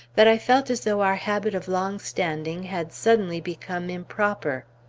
that i felt as though our habit of long standing had suddenly become improper.